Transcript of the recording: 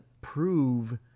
prove